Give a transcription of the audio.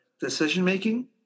decision-making